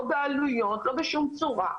לא בעלויות ולא בשום צורה,